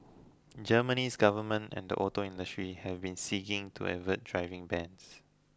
Germany's government and the auto industry have been seeking to avert driving bans